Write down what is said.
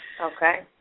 Okay